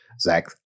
Zach